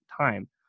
time